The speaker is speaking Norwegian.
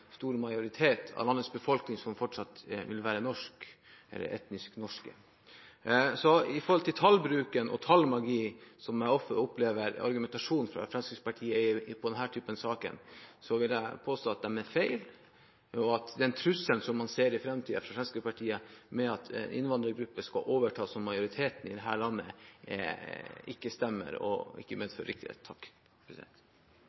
stor majoritet av landets befolkning som vil være etnisk norske. Tallbruken – og tallmagien – som jeg ofte opplever i argumentasjonen fra Fremskrittspartiet i denne typen saker, vil jeg påstå er feil. Og trusselen man i Fremskrittspartiet ser i framtiden, at innvandrergrupper skal overta som majoriteten i dette landet, stemmer ikke og medfører ikke riktighet. Jeg tenkte jeg skulle ta min statsråd i forsvar. Det er ikke, som Gjermund Hagesæter sier, pinlig, men meget smart av statsråden ikke